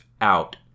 out